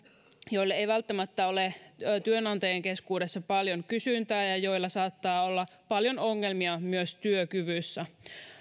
joille ei välttämättä ole työnantajien keskuudessa paljon kysyntää ja joilla saattaa olla paljon ongelmia myös työkyvyssä